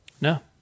No